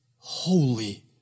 Holy